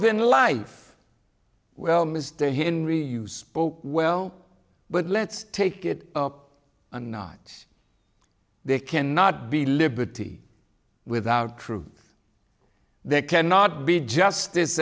than life well mr henry you spoke well but let's take it up a notch they cannot be liberty without true they cannot be justice